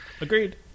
Agreed